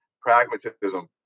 pragmatism